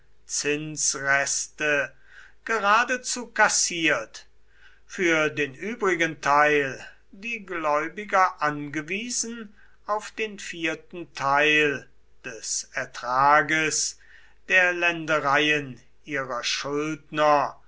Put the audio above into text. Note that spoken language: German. zinsreste geradezu kassiert für den übrigen teil die gläubiger angewiesen auf den vierten teil des ertrages der ländereien ihrer schuldner